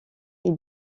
est